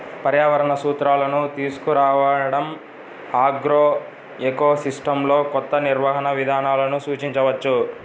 పర్యావరణ సూత్రాలను తీసుకురావడంఆగ్రోఎకోసిస్టమ్లోకొత్త నిర్వహణ విధానాలను సూచించవచ్చు